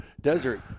desert